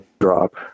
drop